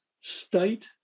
state